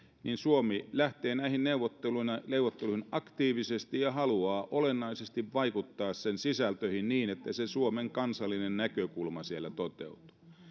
niin suomi lähtee näihin neuvotteluihin aktiivisesti ja haluaa olennaisesti vaikuttaa niiden sisältöihin niin että se suomen kansallinen näkökulma siellä toteutuu